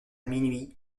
minuit